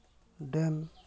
dam